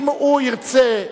אם הוא ירצה,